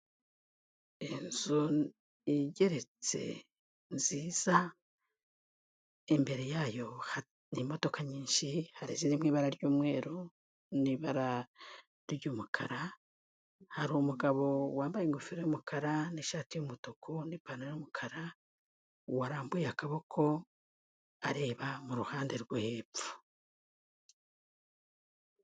Inzu igeretse nziza, imbere yayo hari imodoka nyinshi, hari ziri mu ibara ry'umweru n'ibara ry'umukara, hari umugabo wambaye ingofero y'umukara n'ishati y'umutuku n'ipantaro y'umukara, warambuye akaboko areba mu ruhande rwo hepfo.